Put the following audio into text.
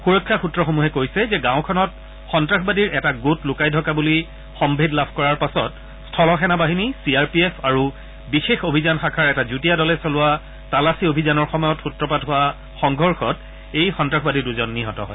সুৰক্ষা সূত্ৰসমূহে কৈছে যে গাঁওখনত সন্তাসবাদীৰ এটা গোট লুকাই থকা বুলি সম্ভেদ লাভ কৰাৰ পাছত স্থল সেনা বাহিনী চি আৰ পি এফ আৰু বিশেষ অভিযান শাখাৰ এটা যুটীয়া দলে চলোৱা তালাচী অভিযানৰ সময়ত সূত্ৰপাত হোৱা সংঘৰ্ষত এই সন্নাসবাদীদুজন নিহত হয়